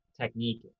technique